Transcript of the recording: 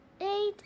eight